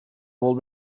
will